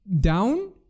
down